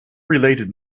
related